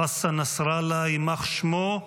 חסן נסראללה, יימח שמו,